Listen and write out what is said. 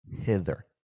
hither